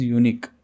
unique